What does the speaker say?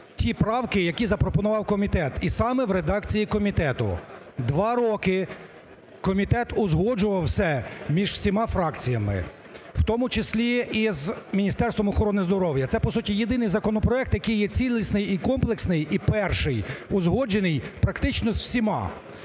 ті правки, які запропонував комітет і саме в редакції комітету. Два роки комітет узгоджував все між всіма фракціями, в тому числі із Міністерством охорони здоров'я. Це, по суті, єдиний законопроект, який є цілісний і комплексний, і перший узгоджений практично з всіма.